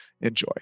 Enjoy